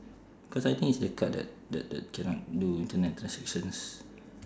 cause I think it's the card that that that cannot do internet transactions